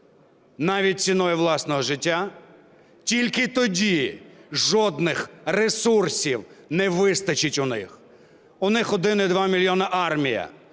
навіть ціною власного життя, тільки тоді жодних ресурсів не вистачить у них. У них 1,2 мільйона армія,